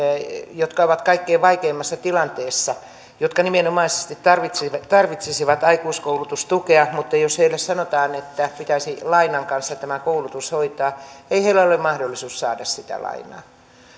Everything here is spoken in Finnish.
jotka ovat kaikkein vaikeimmassa tilanteessa ja jotka nimenomaisesti tarvitsisivat tarvitsisivat aikuiskoulutustukea sanotaan että pitäisi lainan kanssa tämä koulutus hoitaa niin ei heillä ole mahdollisuus saada sitä lainaa